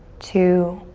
two,